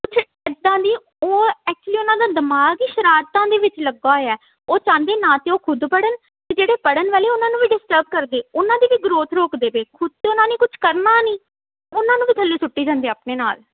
ਕੁਛ ਇੱਦਾਂ ਦੀ ਉਹ ਐਕਚੁਅਲੀ ਉਹਨਾਂ ਦਾ ਦਿਮਾਗ ਹੀ ਸ਼ਰਾਰਤਾਂ ਦੇ ਵਿੱਚ ਲੱਗਾ ਹੋਇਆ ਉਹ ਚਾਹੁੰਦੇ ਨਾ ਤਾਂ ਉਹ ਖੁਦ ਪੜ੍ਹਨ ਅਤੇ ਜਿਹੜੇ ਪੜ੍ਹਨ ਵਾਲੇ ਉਹਨਾਂ ਨੂੰ ਵੀ ਡਿਸਟਰਬ ਕਰਦੇ ਉਹਨਾਂ ਦੀ ਵੀ ਗ੍ਰੋਥ ਰੋਕਦੇ ਪਏ ਖੁਦ ਤਾਂ ਉਹਨਾਂ ਨੇ ਕੁਛ ਕਰਨਾ ਨਹੀਂ ਉਹਨਾਂ ਨੂੰ ਵੀ ਥੱਲੇ ਸੁੱਟੀ ਜਾਂਦੇ ਆਪਣੇ ਨਾਲ